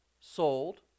sold